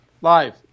Live